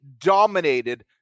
dominated